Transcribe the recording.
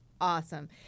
Awesome